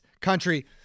country